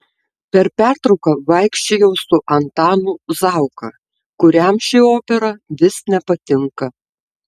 per pertrauką vaikščiojau su antanu zauka kuriam ši opera vis nepatinka